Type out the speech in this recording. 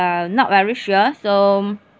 uh not very sure so